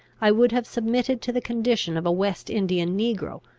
i would have submitted to the condition of a west indian negro,